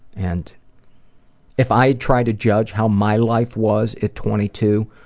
and if i tried to judge how my life was at twenty two,